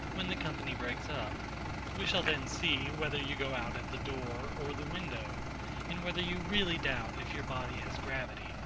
when the company breaks up we shall then see, whether you go out at the door or the window and whether you really doubt if your body has gravity,